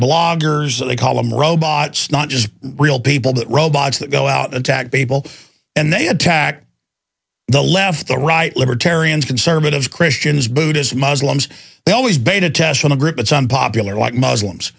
bloggers they call them robots not just real people that robots that go out attack people and they attack the left or right libertarians conservative christians buddhist muslims they always beta test on a group it's unpopular like muslims